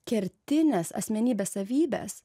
kertinės asmenybės savybės